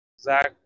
Zach